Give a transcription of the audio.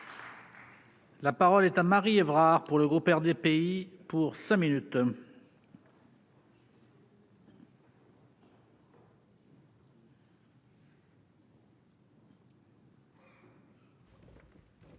la parole est Marie Évrard pour le groupe RDPI pour 6 minutes.